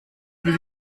plus